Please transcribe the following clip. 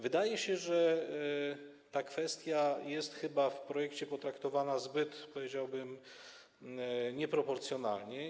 Wydaje się, że ta kwestia jest chyba w projekcie potraktowana zbyt, powiedziałbym, nieproporcjonalnie.